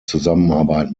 zusammenarbeit